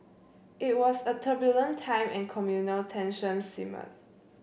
it was a turbulent time and communal tensions simmered